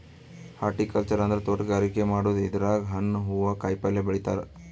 horticulture ಅಂದ್ರ ತೋಟಗಾರಿಕೆ ಮಾಡದು ಇದ್ರಾಗ್ ಹಣ್ಣ್ ಹೂವಾ ಕಾಯಿಪಲ್ಯ ಬೆಳಿತಾರ್